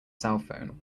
cellphone